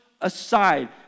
aside